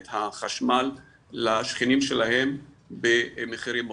את החשמל לשכנים שלהם במחירים מופקעים.